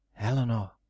Eleanor